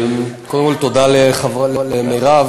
קודם כול, תודה למירב.